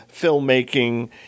filmmaking